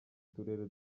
turere